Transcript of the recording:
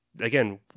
again